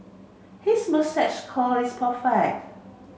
his moustache curl is perfect